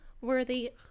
worthy